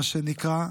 מה שנקרא,